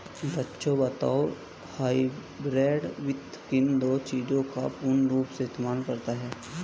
बच्चों बताओ हाइब्रिड वित्त किन दो चीजों का पूर्ण रूप से इस्तेमाल करता है?